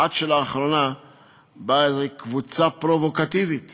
עד שלאחרונה באה איזו קבוצה פרובוקטיבית